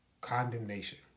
condemnation